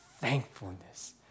thankfulness